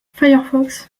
firefox